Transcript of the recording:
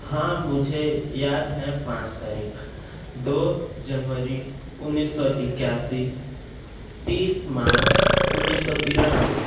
हाँ मुझे याद है पाँच तारीख़ें दो जनवरी उन्नीस सौ इक्यासी तीस मार्च उन्नीस सौ तिरानवे